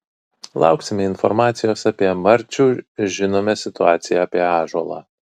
lauksime informacijos apie marčių žinome situaciją apie ąžuolą